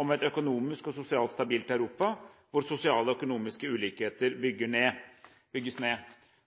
om et økonomisk og sosialt stabilt Europa, hvor sosiale og økonomiske ulikheter bygges ned.